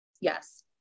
yes